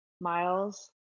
miles